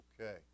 Okay